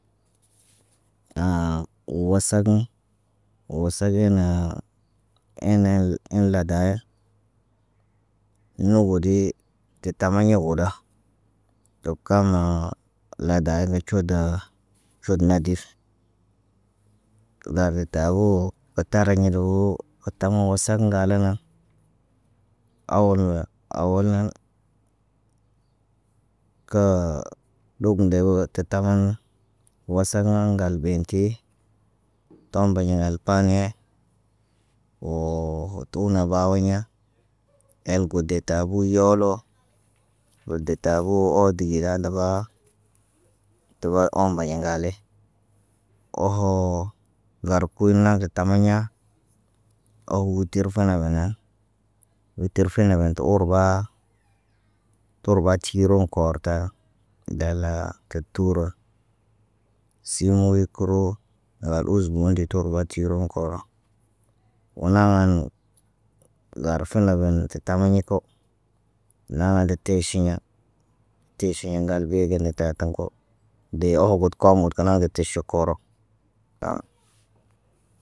wasaŋgə wasa ge naa. Ene lə, en ladayel. Nobodii te tamaɲa woda. Tokam ladayi kə cuudə cud nadif. Bar tabu wo kə tariɲ luwoo, kə tama wasak ŋgaaləna. Awal ŋga awolna, kəə ɗob ndewo tə tabun ŋga. Wasak ŋga ŋgal ɓe yin ki. Tomba yenɟe ŋgal paniye. Woo tu una bawoɲa. El got de tabu yoolo. Got de tabuu oodige da dabaa. Tuba oombeɲe ŋgaale. Oho ŋgar kul na se talaɲa, a wotir fana bana, wotir fene bana tə urbaa. Turba tiiro koorta. Dala kə turo. Sii mobi kəroo ŋgal uzbu nditorowa tiron kooro. Woo naŋgən, gar fene ben tə tamaniɲ ko. Naŋga le teeʃiɲa. Teʃiɲa ŋgal ɓe gin ne tekan ko. Dee oho got koom wun kəna gə tiʃokoro aha.